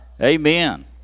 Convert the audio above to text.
Amen